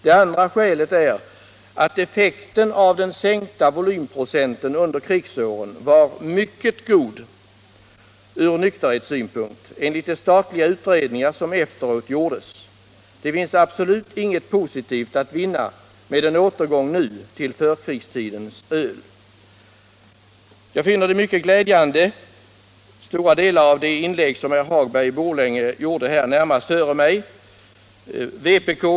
Det andra skälet är att effekten av den sänkta volymprocenten under krigsåren var mycket god från nykterhetssynpunkt, enligt de statliga utredningar som efteråt gjordes. Det finns absolut inget positivt att vinna med en återgång nu till förkrigstidens öl. Jag finner stora delar av det inlägg som herr Hagberg i Borlänge gjorde närmast före mig mycket glädjande.